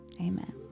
Amen